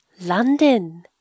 London